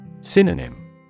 Synonym